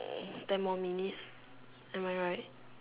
hmm ten more minute am I right